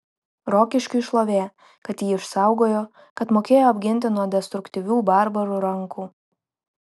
rokiškiui šlovė kad jį išsaugojo kad mokėjo apginti nuo destruktyvių barbarų rankų